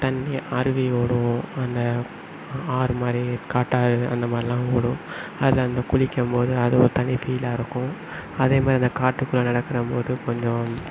தண்ணியை அருவி ஓடும் அந்த ஆறுமாதிரி காட்டாறு அந்த மாதிரில்லாம் ஓடும் அதில் வந்து குளிக்கும் போது அது ஒரு தனி ஃபீலாகருக்கும் அதே மாதிரி தான் காட்டுக்குள்ள நடக்கிறபோதும் கொஞ்சம்